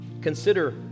consider